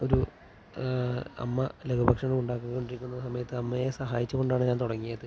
ഒരു അമ്മ ലഘുഭക്ഷണം ഉണ്ടാക്കിക്കൊണ്ടിരിക്കുന്ന സമയത്ത് അമ്മയെ സഹായിച്ചു കൊണ്ടാണ് ഞാന് തുടങ്ങിയത്